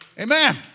Amen